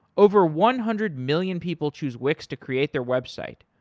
over one hundred million people choose wix to create their website.